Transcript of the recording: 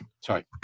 Sorry